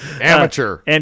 amateur